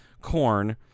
corn